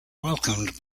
welcomed